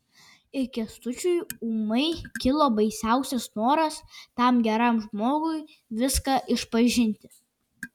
ir kęstučiui ūmai kilo baisiausias noras tam geram žmogui viską išpažinti